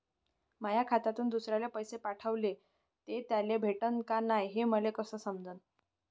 माया खात्यातून दुसऱ्याले पैसे पाठवले, ते त्याले भेटले का नाय हे मले कस समजन?